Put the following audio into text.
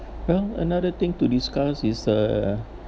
well another thing to discuss is uh